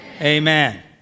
Amen